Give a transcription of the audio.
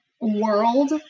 world